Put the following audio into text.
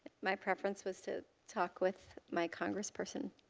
my preference was to talk with my congressperson.